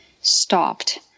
stopped